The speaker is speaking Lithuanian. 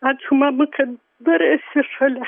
ačiū mama kad dar esi šalia